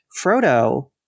Frodo